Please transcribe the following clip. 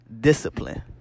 discipline